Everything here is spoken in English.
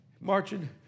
marching